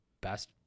best